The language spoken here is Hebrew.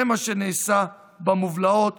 זה מה שנעשה במובלעות,